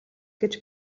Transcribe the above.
гэж